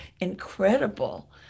incredible